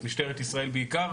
את משטרת ישראל בעיקר.